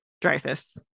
Dreyfus